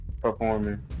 performing